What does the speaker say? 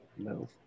No